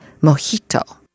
Mojito